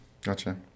Gotcha